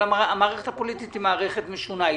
אבל המערכת הפוליטית היא מערכת משונה.